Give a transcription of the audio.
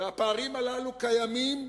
והפערים הללו קיימים,